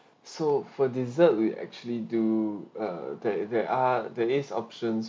so for dessert we actually do uh there there are there is option